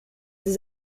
des